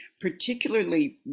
particularly